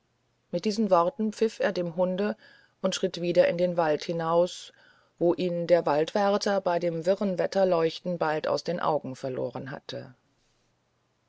mit diesen worten pfiff er dem hunde und schritt wieder in den wald hinaus wo ihn der waldwärter bei dem wirren wetterleuchten bald aus den augen verloren hatte